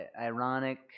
ironic